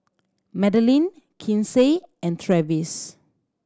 Madelynn Kinsey and Travis